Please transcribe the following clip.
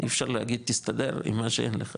אי אפשר להגיד תסתדר עם מה שאין לך